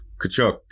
Kachuk